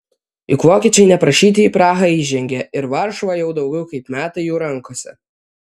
juk vokiečiai neprašyti ir į prahą įžengė ir varšuva jau daugiau kaip metai jų rankose